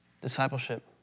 discipleship